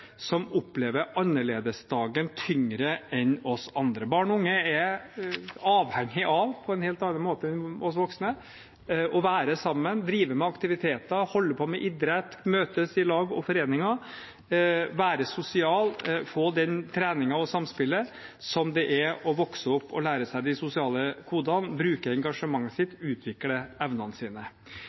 som opplever annerledesdagen tyngre enn oss andre. Barn og unge er, på en helt annen måte enn oss voksne, avhengig av å være sammen, drive med aktiviteter, holde på med idrett, møtes i lag og foreninger, være sosiale, få den treningen og det samspillet som det er å vokse opp og lære seg de sosiale kodene, bruke engasjementet sitt og utvikle evnene sine.